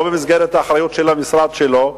לא במסגרת האחריות של המשרד שלו.